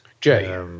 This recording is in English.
Jay